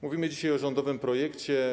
Mówimy dzisiaj o rządowym projekcie.